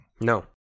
No